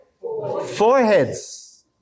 foreheads